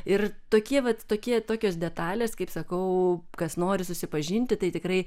ir tokie vat tokie tokios detalės kaip sakau kas nori susipažinti tai tikrai